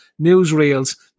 newsreels